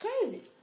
crazy